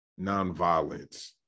nonviolence